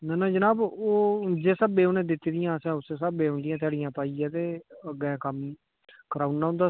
ना ना जनाब ओह् हो जिस्स स्हाबै उ'नें दित्ती दियां ते असें उस्सै स्हाबै उं'दियां ध्याड़ियां पाइयै ते अग्गें कम्म कराई ओड़ना उं'दा